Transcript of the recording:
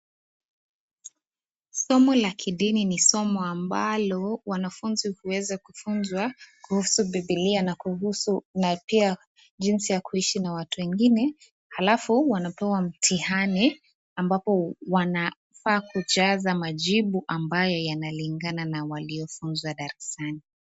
Somo la kidini ni somo ambalo wanafunzi huweza kufunzwa kuhusu bibilia na kuhusu na pia jinsi ya kuishi na watu wengine alafu wanapewa mtihani ambapo wanafaa kujaza majibu ambayo yanalingana na waliofunzwa darasani.